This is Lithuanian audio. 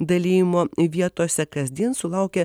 dalijimo vietose kasdien sulaukia